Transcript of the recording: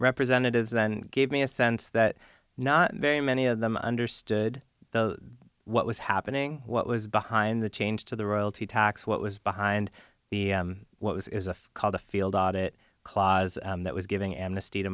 representatives then gave me a sense that not very many of them understood what was happening what was behind the change to the royalty tax what was behind the what was is called a field audit clause that was giving amnesty to